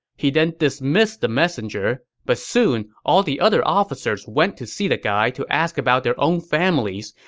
he then dismissed the messenger, but soon all the other officers went to see the guy to ask about their own families.